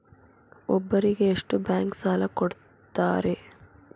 ಒಬ್ಬರಿಗೆ ಎಷ್ಟು ಬ್ಯಾಂಕ್ ಸಾಲ ಕೊಡ್ತಾರೆ?